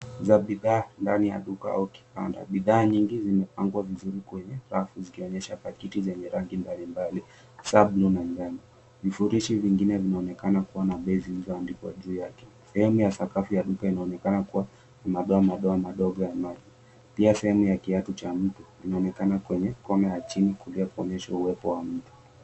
...za bidhaa ndani ya duka au kibanda. Bidhaa nyingi zimepangwa vizuri kwenye rafu zikionyesha pakiti zenye rangi mbali mbali hasa buluu na njano. Vifurushi vingine vinaonekana kua na bei iliyoandikwa juu yake. Sehemu ya sakafu ya duka inaonekana kuwa na madoamadoa madogo ya maji. Pia sehemu ya kiatu cha mtu inaonekana kwenye kona ya chini kulia kuonyesha uwepo wa mtu.